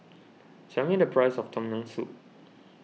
tell me the price of Tom Yam Soup